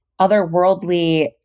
otherworldly